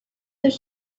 their